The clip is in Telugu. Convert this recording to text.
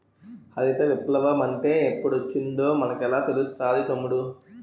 హరిత విప్లవ మంటే ఎప్పుడొచ్చిందో మనకెలా తెలుస్తాది తమ్ముడూ?